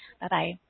Bye-bye